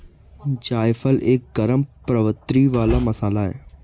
जायफल एक गरम प्रवृत्ति वाला मसाला है